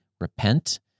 repent